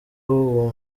uwo